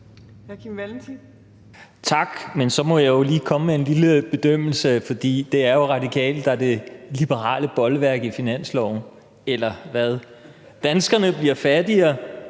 Tak. Så må jeg lige komme med en lille bedømmelse, for det er jo Radikale, der er det liberale bolværk i finansloven – eller hvad? Danskerne bliver fattigere,